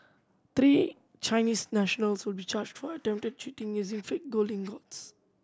three Chinese nationals will be charged for attempted cheating using fake gold ingots